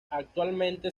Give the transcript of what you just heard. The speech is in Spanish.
actualmente